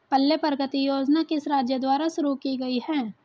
पल्ले प्रगति योजना किस राज्य द्वारा शुरू की गई है?